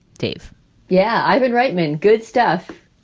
dave yeah. ivan reitman. good stuff.